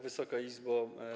Wysoka Izbo!